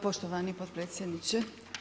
Poštovani potpredsjedniče.